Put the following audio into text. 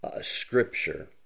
scripture